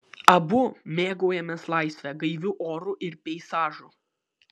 abu mėgaujamės laisve gaiviu oru ir peizažu